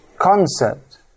concept